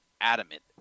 adamant